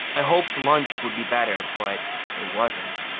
i hoped lunch would be better, but it wasn't.